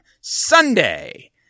Sunday